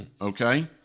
Okay